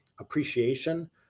appreciation